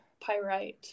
pyrite